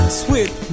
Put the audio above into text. sweet